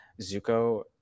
Zuko